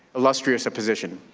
illustrious a position.